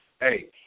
Hey